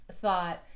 thought